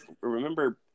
remember